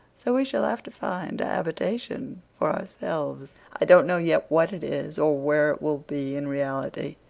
so we shall have to find a habitation for ourselves. i don't know yet what it is, or where it will be in reality,